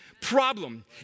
problem